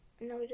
No